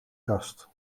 kast